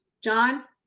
john.